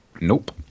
Nope